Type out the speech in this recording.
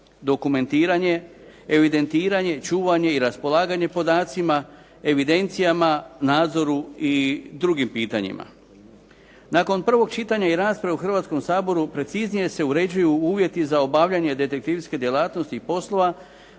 dokumentiranje, evidentiranje, čuvanje i raspolaganje podacima, evidencijama, nadzoru i drugim pitanjima. Nakon prvog čitanja i rasprave u Hrvatskom saboru preciznije se uređuju uvjeti za obavljanje detektivske djelatnosti i poslova,